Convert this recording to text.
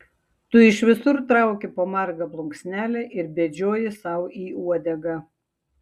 tu iš visur trauki po margą plunksnelę ir bedžioji sau į uodegą